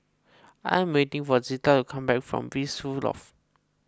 I am waiting for Zita to come back from Blissful Loft